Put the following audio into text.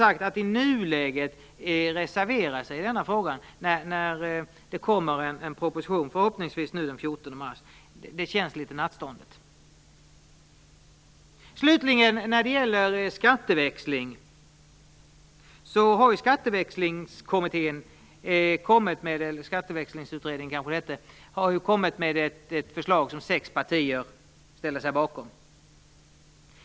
Att i nuläget reservera sig i denna fråga - det kommer förhoppningsvis en proposition den 14 mars - känns litet nattståndet. Slutligen vill jag när det gäller skatteväxling säga att Skatteväxlingskommittén har kommit med ett förslag som sex partier ställer sig bakom.